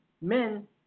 men